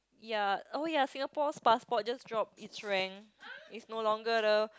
ya oh ya Singapore's passport just dropped it's rank it's no longer the